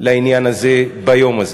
לעניין הזה ביום הזה.